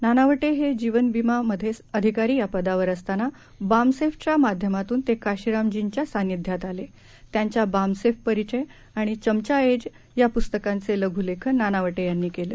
नानावटे हे जीवनविमा मध्ये अधिकारी या पदावर असतांना बामसेफ च्या माध्यमातून ते कांशीरामजींच्या सानिध्यात आले त्यांच्या बामसेफ परिचय आणि चमचा एज या पस्तकांचे लघुलेखन नानावटे यांनी केलं